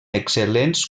excel·lents